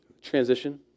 transition